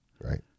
right